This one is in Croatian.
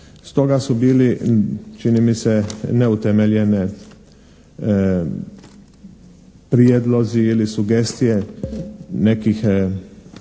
Stoga su bili čini mi se neutemeljene prijedlozi ili sugestije nekih